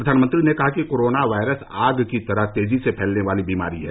प्रधानमंत्री ने कहा कि कोरोना वायरस आग की तरह तेजी से फैलने वाली बीमारी है